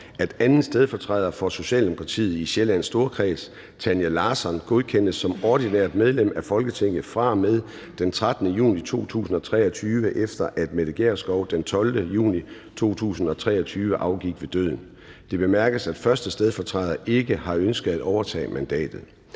at 2. stedfortræder for Socialdemokratiet i Sjællands Storkreds, Tanja Larsson, godkendes som ordinært medlem af Folketinget fra og med den 13. juni 2023, efter at Mette Gjerskov den 12. juni 2023 afgik ved døden. Det bemærkes, at 1. stedfortræder ikke har ønsket at overtage mandatet.